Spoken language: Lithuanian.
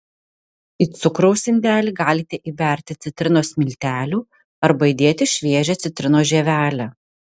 į cukraus indelį galite įberti citrinos miltelių arba įdėti šviežią citrinos žievelę